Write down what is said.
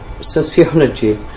sociology